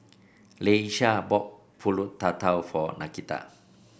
Leisha bought pulut tatal for Nakita